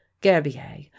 gerbier